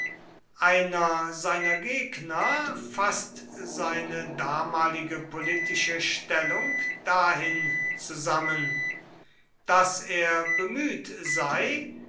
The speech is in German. einer seiner gegner fußt seine damalige politische stellung dahin zusammen daß er bemüht sei